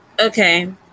Okay